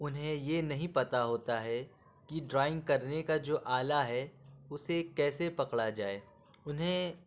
اُنھیں یہ نہیں پتہ ہوتا ہے کہ ڈرائنگ کرنے کا جو آلہ ہے اُسے کیسے پکڑا جائے اُنھیں